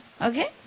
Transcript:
okay